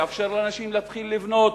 לאפשר לאנשים להתחיל לבנות,